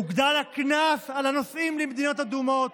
הוגדל הקנס על הנוסעים למדינות אדומות.